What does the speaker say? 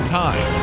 time